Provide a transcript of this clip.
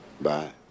bye